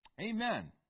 Amen